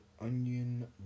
onion